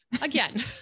again